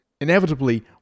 Inevitably